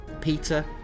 Peter